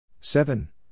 Seven